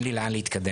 אין לי לאן להתקדם.